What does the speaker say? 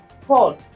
Paul